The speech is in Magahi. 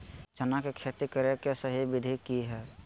चना के खेती करे के सही विधि की हय?